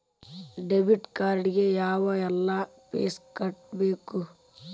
debit card ಗೆ ಯಾವ್ಎಲ್ಲಾ fees ಕಟ್ಬೇಕು